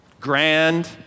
Grand